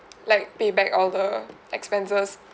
like pay back all the expenses